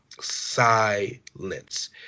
Silence